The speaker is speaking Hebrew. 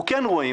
אנחנו כן רואים,